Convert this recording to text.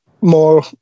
more